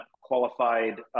qualified